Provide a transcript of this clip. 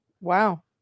Wow